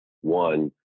One